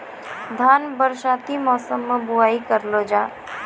धान बरसाती मौसम बुवाई करलो जा?